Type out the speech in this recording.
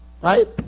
Right